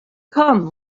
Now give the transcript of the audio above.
come